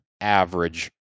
average